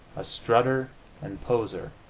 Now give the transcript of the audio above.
a strutter and poseur,